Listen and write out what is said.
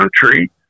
country